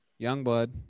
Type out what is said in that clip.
Youngblood